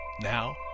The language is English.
Now